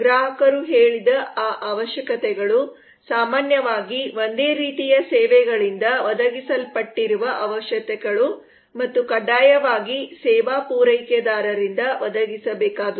ಗ್ರಾಹಕರು ಹೇಳಿದ ಆ ಅವಶ್ಯಕತೆಗಳು ಸಾಮಾನ್ಯವಾಗಿ ಒಂದೇ ರೀತಿಯ ಸೇವೆಗಳಿಂದ ಒದಗಿಸಲ್ಪಟ್ಟಿರುವ ಅವಶ್ಯಕತೆಗಳು ಮತ್ತು ಕಡ್ಡಾಯವಾಗಿ ಸೇವಾ ಪೂರೈಕೆದಾರರಿಂದ ಒದಗಿಸಬೇಕಾದುದು